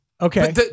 Okay